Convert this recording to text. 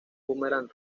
boomerang